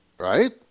Right